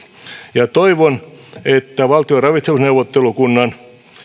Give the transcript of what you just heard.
ja toivon että valtion ravitsemusneuvottelukunnan